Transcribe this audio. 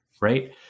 right